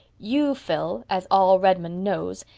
you, phil, as all redmond knows,